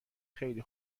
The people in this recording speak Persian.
خیلی